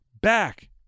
back